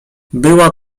była